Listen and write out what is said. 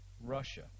Russia